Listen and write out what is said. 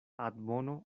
admono